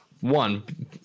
one